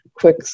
quick